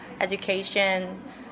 education